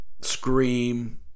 Scream